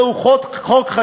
זהו חוק חשוב?